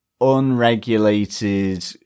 unregulated